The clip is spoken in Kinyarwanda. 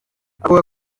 avuga